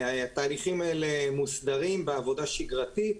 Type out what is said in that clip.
התהליכים האלה מוסדרים בעבודה שגרתית.